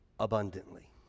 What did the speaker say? abundantly